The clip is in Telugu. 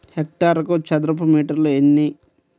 హెక్టారుకు చదరపు మీటర్లు ఎన్ని?